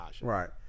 Right